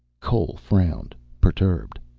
cole frowned, perturbed.